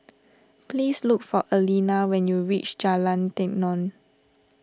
please look for Aleena when you reach Jalan Tenon